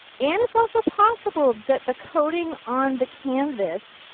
and it is also possible that the coating on the canvas,